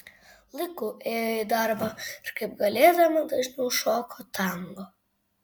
laiku ėjo į darbą ir kaip galėdama dažniau šoko tango